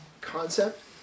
concept